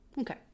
Okay